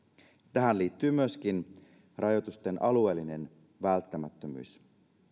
tähän liittyy myöskin rajoitusten alueellinen välttämättömyys